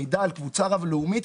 מידע על קבוצה רב לאומית,